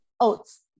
oats